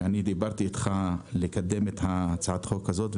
שאני דיברתי איתך לקדם את הצעת החוק הזאת,